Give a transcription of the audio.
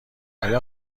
آیا